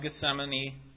Gethsemane